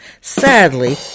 Sadly